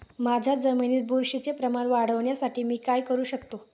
माझ्या जमिनीत बुरशीचे प्रमाण वाढवण्यासाठी मी काय करू शकतो?